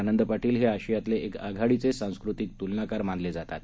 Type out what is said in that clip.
आनंद पाटील हे आशियातले एक आघाडीचे सांस्कृतिक तुलनाकार मानले जातात